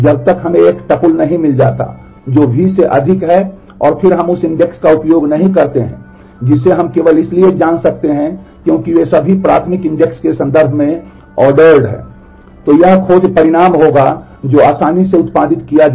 तो यह खोज परिणाम होगा जो आसानी से उत्पादित किया जा सकता है